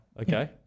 Okay